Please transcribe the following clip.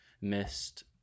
missed